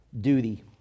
duty